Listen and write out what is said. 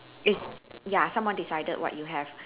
it's ya someone decided what you have